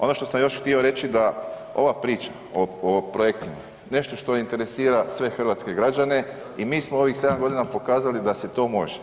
Ono što sam još htio reći da ova priča o projektima je nešto što interesira sve hrvatske građane i mi smo ovih 7 g. pokazali da se to može.